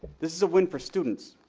this is a win for students.